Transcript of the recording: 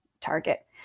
target